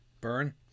burn